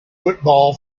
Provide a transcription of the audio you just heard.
football